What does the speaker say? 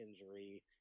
injury